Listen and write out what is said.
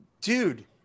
dude